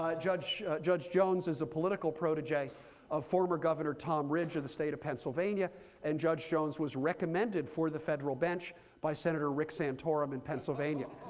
ah judge judge jones is a political protege of former governor tom ridge of the state of pennsylvania and judge jones was recommended for the federal bench by senator rick santorum in pennsylvania.